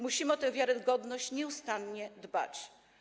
Musimy o tę wiarygodność nieustannie dbać.